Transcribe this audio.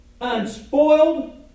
Unspoiled